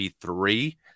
three